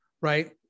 right